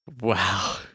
Wow